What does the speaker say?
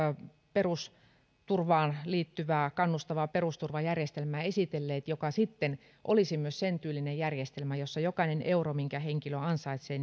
perusturvaan liittyvää kannustavaa perusturvajärjestelmäänsä esitelleet joka sitten olisi myös sen tyylinen järjestelmä jossa jokainen euro minkä henkilö ansaitsee